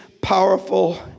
powerful